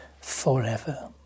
forever